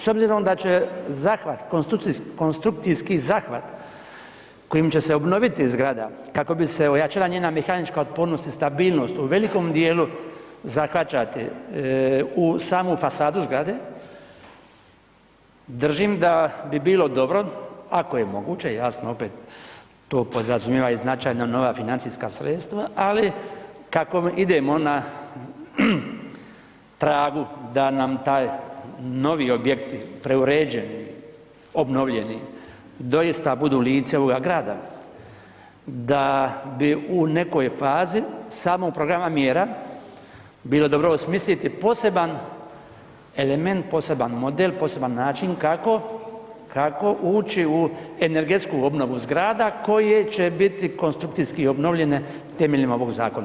S obzirom da će konstrukcijski zahvat kojim će se obnoviti zgrada kako bi se ojačala njena mehanička otpornost i stabilnost u velikom dijelu zahvaćati samu fasadu zgrade, držim da bi bilo dobro, ako je moguće jasno to podrazumijeva opet i značajna nova financijska sredstva, ali kako idemo na tragu da nam taj novi objekt, preuređeni, obnovljeni doista budu lice ovoga grada, da bi u nekoj fazi samo programa mjera bilo dobro osmisliti poseban element, poseban model, poseban način kako ući u energetsku obnovu zgrada koje će biti konstrukcijski obnovljene temeljem ovog zakona.